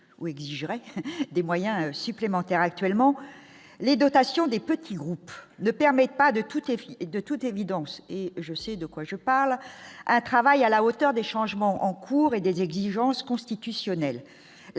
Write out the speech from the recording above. ou exigerait des moyens supplémentaires actuellement les dotations des petits groupes ne permettent pas de toutes les filles de toute évidence, et je sais de quoi je parle, à travail à la hauteur des changements en cours et des exigences constitutionnelles,